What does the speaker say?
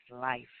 life